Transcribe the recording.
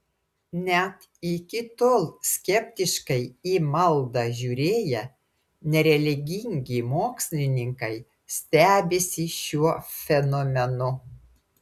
net iki tol skeptiškai į maldą žiūrėję nereligingi mokslininkai stebisi šiuo fenomenu